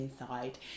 inside